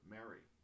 Mary